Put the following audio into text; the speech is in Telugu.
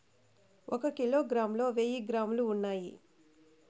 ఒక కిలోగ్రామ్ లో వెయ్యి గ్రాములు ఉన్నాయి